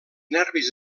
nervis